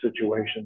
situation